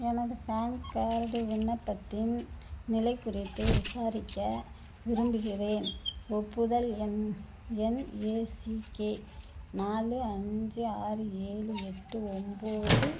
எனது PAN card விண்ணப்பத்தின் நிலை குறித்து விசாரிக்க விரும்புகிறேன் ஒப்புதல் எண் என்ஏசிகே நாலு அஞ்சு ஆறு ஏழு எட்டு ஒம்பது